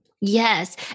Yes